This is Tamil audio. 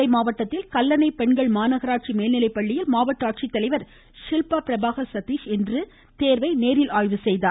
நெல்லை மாவட்டத்தில் கல்லணை பெண்கள் மாநகராட்சி மேல்நிலைப்பள்ளியில் மாவட்ட ஆட்சித்தலைவர் ஷில்பா பிரபாகர் சதீஷ் இன்று நேரில் ஆய்வு செய்தார்